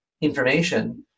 information